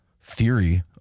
theory